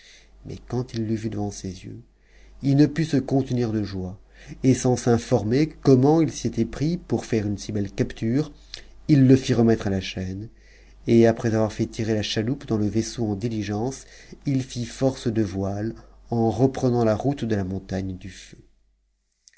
us quand il l'eut vu devant ses yeux il ne put se contenir de joie et ns s'informer comment ils s'y étaient prispour faire une si belle capture i e fit remettre à la chatne et après avoir fait tirer la chaloupe dans le usseau en diligence il fit force de voile en reprenant la route de la montagne du feu